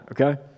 okay